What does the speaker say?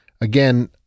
Again